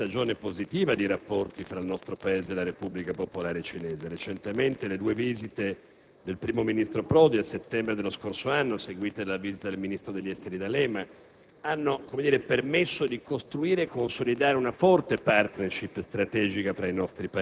promuovere scambi e facilitare coproduzioni e quindi si muova all'interno di una stagione positiva di rapporti fra il nostro Paese e la Repubblica popolare cinese; recentemente, le due visite, quella del primo ministro Prodi a settembre dello scorso anno, seguita dalla visita del ministro degli affari esteri D'Alema,